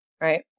right